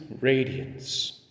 radiance